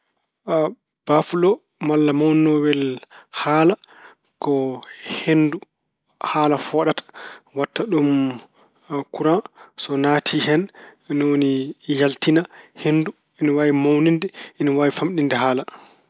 Baaflo malla mawninoowel haala ko henndu haala fooɗata waɗta ɗum kuraŋ. So naati hen ni woni yaltina henndu. Ina waawi mawninde, ina waawi famɗinde haala.